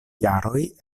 jaroj